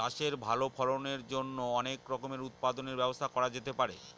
চাষের ভালো ফলনের জন্য অনেক রকমের উৎপাদনের ব্যবস্থা করা যেতে পারে